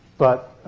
but